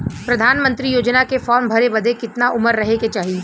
प्रधानमंत्री योजना के फॉर्म भरे बदे कितना उमर रहे के चाही?